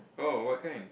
oh what kind